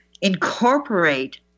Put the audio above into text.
incorporate